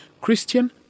Christian